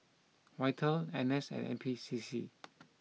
Vital N S and N P C C